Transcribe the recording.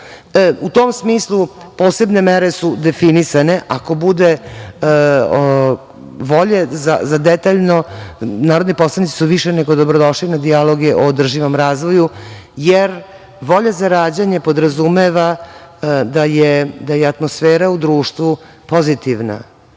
tom smislu posebne mere su definisane ako bude volje za detaljno, narodni poslanici su više nego dobro došli na dijaloge o održivom razvoju, jer volja za rađanje podrazumeva da je atmosfera u društvu pozitivna.